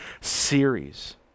series